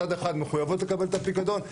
מצד אחד מחויבות לקבל את הפיקדון,